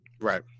Right